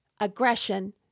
aggression